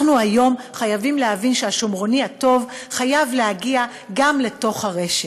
אנחנו היום חייבים להבין שהשומרוני הטוב חייב להגיע גם לתוך הרשת.